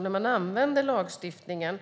När man tillämpar lagstiftningen